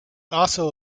also